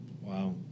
Wow